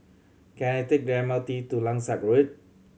can I take the M R T to Langsat Road